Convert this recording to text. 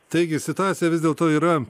taigi situacija vis dėlto yra